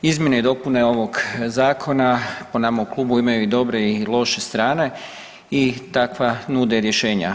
Izmjene i dopune ovog zakona po nama u klubu imaju i dobre i loše strane i takva nude i rješenja.